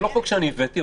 זה לא חוק שאני הבאתי.